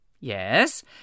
Yes